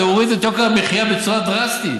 זה יוריד את יוקר המחיה בצורה דרסטית.